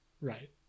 Right